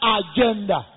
agenda